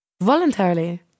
voluntarily